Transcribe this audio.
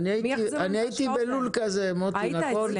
כן, אני הייתי בלול כזה מוטי נכון?